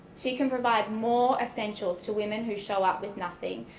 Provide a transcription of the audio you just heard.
she can provide more essentials to women who show up with nothing,